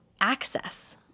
access